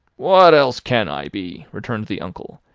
what else can i be, returned the uncle,